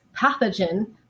pathogen